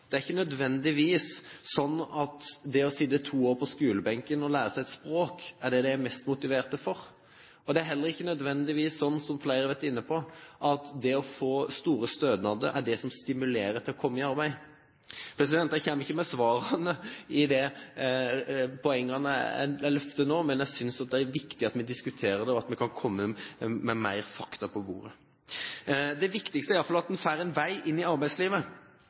Det er ikke nødvendigvis sånn at det å sitte to år på skolebenken og lære seg et språk er det de er mest motivert for. Det er heller ikke nødvendigvis sånn, som man har vært inne på, at det å få store stønader er det som stimulerer til å komme i arbeid. Jeg kommer ikke med svarene i de poengene jeg løfter nå, men jeg synes det er viktig at vi diskuterer det, og at vi kan komme med flere fakta på bordet. Det viktigste er i alle fall at en får en vei inn i arbeidslivet,